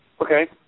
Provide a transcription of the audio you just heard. Okay